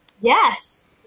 Yes